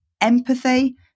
empathy